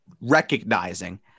recognizing